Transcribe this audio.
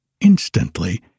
instantly